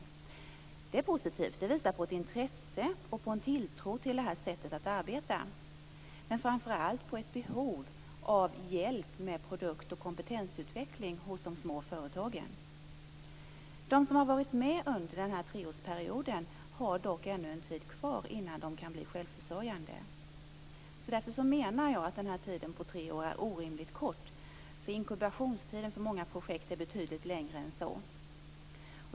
Detta är positivt och det visar på ett intresse och på en tilltro till det här sättet att arbeta. Men framför allt visar det på ett behov av hjälp med produkt och kompetensutveckling hos de små företagen. För dem som varit med under den här treårsperioden återstår dock ännu en tid innan de kan bli självförsörjande. Därför menar jag att tre år är en orimligt kort tid. Inkubationstiden för många projekt är ju betydligt längre än så.